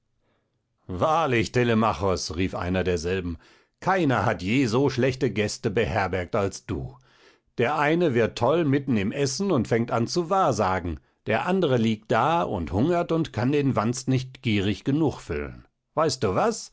wahrlich telemachos rief einer derselben keiner hat je so schlechte gäste beherbergt als du der eine wird toll mitten im essen und fängt an zu wahrsagen der andere liegt da und hungert und kann den wanst nicht gierig genug füllen weißt du was